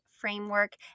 Framework